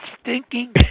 stinking